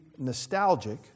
nostalgic